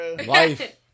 Life